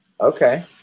Okay